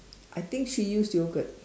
I think she use yogurt